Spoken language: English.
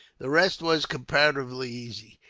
the rest was comparatively easy.